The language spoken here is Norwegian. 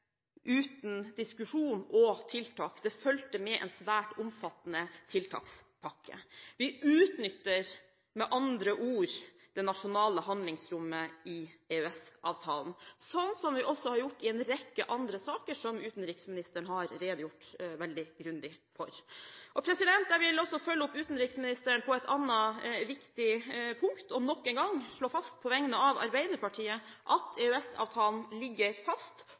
uten diskusjon og tiltak. Det fulgte med en svært omfattende tiltakspakke. Vi utnytter med andre ord det nasjonale handlingsrommet i EØS-avtalen, sånn som vi også har gjort i en rekke andre saker som utenriksministeren har redegjort veldig grundig for. Jeg vil også følge opp utenriksministeren på et annet viktig punkt og nok en gang slå fast på vegne av Arbeiderpartiet at EØS-avtalen ligger fast